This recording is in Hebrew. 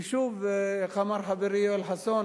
כי שוב, איך אמר חברי יואל חסון?